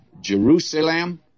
Jerusalem